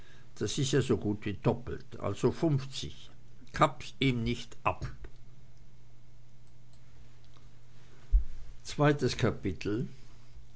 das is ja so gut wie doppelt also funfzig knaps ihm nichts ab zweites kapitel